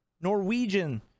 Norwegian